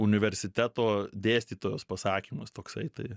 universiteto dėstytojos pasakymas toksai tai